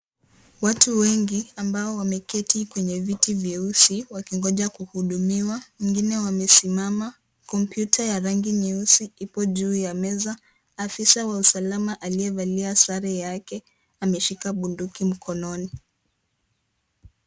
Watu wengi ambao wameketi kwenye viti vyeusi wakingoja kuhudumiwa. Wengine wamesimama. Kompyuta ya rangi nyeusi ipo juu ya meza. Waafisa wa usalama aliyevalia sare yake ameshika bunduki yake mikononi.